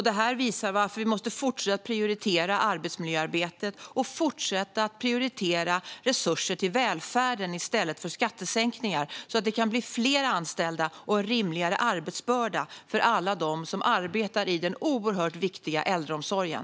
Detta visar varför vi måste fortsätta att prioritera arbetsmiljöarbetet och fortsätta att prioritera resurser till välfärden i stället för skattesänkningar, så att det kan bli fler anställda och en rimligare arbetsbörda för alla dem som arbetar i den oerhört viktiga äldreomsorgen.